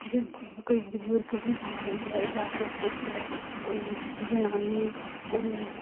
जे कोई बजुर्ग बमार होई जाए जां फिर कुछ कोई जनानी कोई